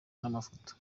n’amafoto